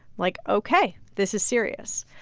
like, ok, this is serious.